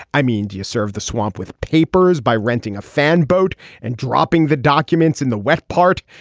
i mean do you serve the swamp with papers by renting a fan boat and dropping the documents in the wet part.